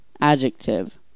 adjective